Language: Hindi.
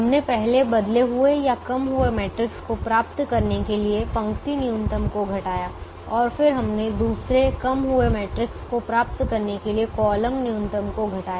हमने पहले बदले हुए या कम हुए मैट्रिक्स को प्राप्त करने के लिए पंक्ति न्यूनतम को घटाया और फिर हमने दूसरे कम हुए मैट्रिक्स को प्राप्त करने के लिए कॉलम न्यूनतम को घटाया